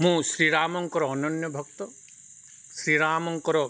ମୁଁ ଶ୍ରୀରାମଙ୍କର ଅନନ୍ୟ ଭକ୍ତ ଶ୍ରୀରାମଙ୍କର